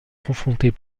confrontées